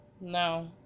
no